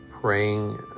praying